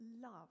love